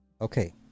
Okay